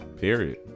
Period